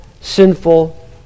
sinful